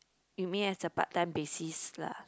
you mean as a part time basis lah